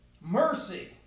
Mercy